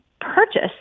purchase